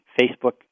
Facebook